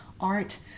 art